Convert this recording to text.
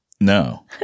no